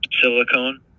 silicone